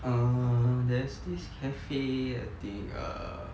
err there's this cafe I think err